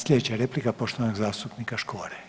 Sljedeća replika poštovanog zastupnika Škore.